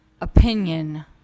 opinion